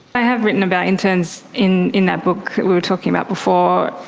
i have written about interns in in that book we were talking about before,